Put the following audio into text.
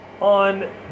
On